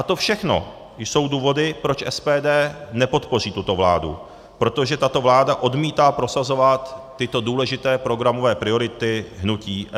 To všechno jsou důvody, proč SPD nepodpoří tuto vládu, protože tato vláda odmítá prosazovat tyto důležité programové priority hnutí SPD.